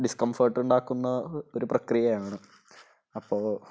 ഡിസ്കംഫേട്ടുണ്ടാക്കുന്ന ഒരു പ്രക്രിയയാണ് അപ്പോള്